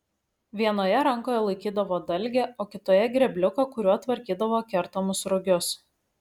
vienoje rankoje laikydavo dalgę o kitoje grėbliuką kuriuo tvarkydavo kertamus rugius